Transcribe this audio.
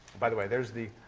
by the way, there's the